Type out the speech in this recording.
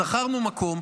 שכרנו מקום.